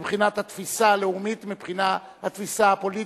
מבחינת התפיסה הלאומית, מבחינת התפיסה הפוליטית,